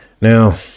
Now